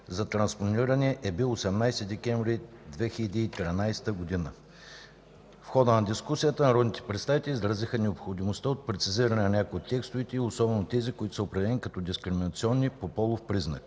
за транспониране е бил 18 декември 2013 г. В хода на дискусията народните представители изразиха необходимостта от прецизиране на някои от текстовете, особено тези, които са определени като дискриминационни по полов признак.